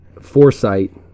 foresight